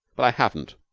well, i haven't.